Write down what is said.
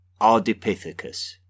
Ardipithecus